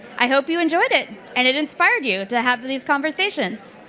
i hope you enjoyed it. and it inspired you to have these conversations.